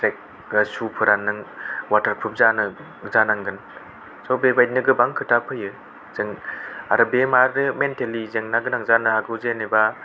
track सु फोरा नों वाटार प्रुफ जानांगोन स' बेबायदिनो गोबां खोथा फैयो जों आरो बेयो मा मेन्टेलि जेंना गोनां जानो हागौ जेनेबा